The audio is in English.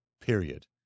period